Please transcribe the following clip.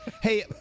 Hey